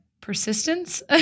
persistence